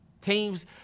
Teams